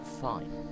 Fine